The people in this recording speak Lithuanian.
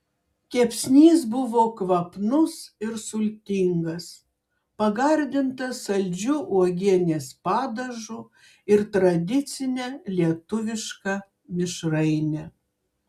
kepsnys buvo kvapnus ir sultingas pagardintas saldžiu uogienės padažu ir tradicine lietuviška mišraine